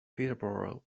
peterborough